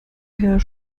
her